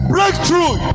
Breakthrough